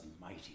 mighty